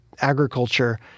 agriculture